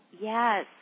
yes